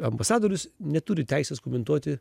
ambasadorius neturi teisės komentuoti